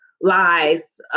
lies